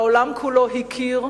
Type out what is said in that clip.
והעולם קיבל,